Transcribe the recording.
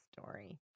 story